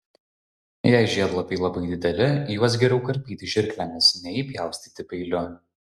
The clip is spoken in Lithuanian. jei žiedlapiai labai dideli juos geriau karpyti žirklėmis nei pjaustyti peiliu